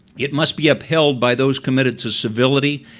it must be upheld by those committed to civility,